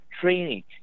training